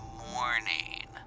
morning